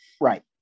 Right